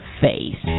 face